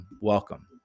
Welcome